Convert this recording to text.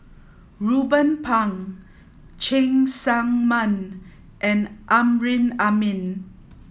Ruben Pang Cheng Tsang Man and Amrin Amin